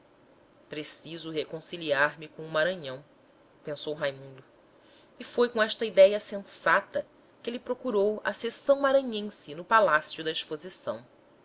preciso reconciliar-me com o maranhão pensou raimundo e foi com esta idéia sensata que ele procurou a seção maranhense no palácio da exposição